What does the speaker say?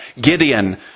Gideon